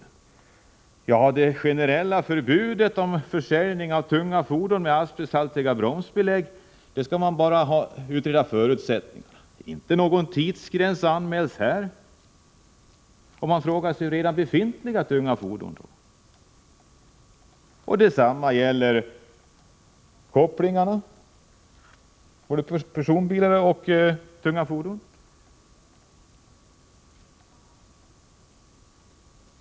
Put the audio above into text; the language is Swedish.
När det gäller det generella förbudet mot försäljning av tunga fordon med asbesthaltiga bromsbelägg skall man ju bara utreda förutsättningarna. Någon tidsgräns anmäls inte. Man frågar sig hur det går med redan befintliga tunga fordon. Detsamma gäller kopplingarna i fråga om både personbilar och tunga fordon.